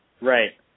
Right